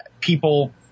people